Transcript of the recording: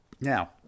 now